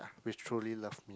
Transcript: which truly love me ah